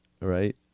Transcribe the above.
right